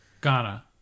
Ghana